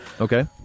Okay